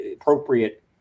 appropriate